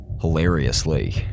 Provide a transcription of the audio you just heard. Hilariously